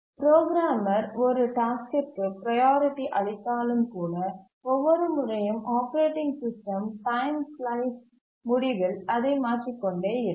programmer ஒரு டாஸ்க்கிற்கு priority அளித்தாலும் கூட ஒவ்வொரு முறையும் ஆப்பரேட்டிங் சிஸ்டம் டைம் சிலைஸ் முடிவில் அதை மாற்றிக் கொண்டே இருக்கும்